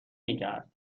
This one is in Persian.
میکرد